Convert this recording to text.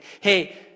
hey